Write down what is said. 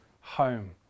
home